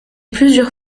plusieurs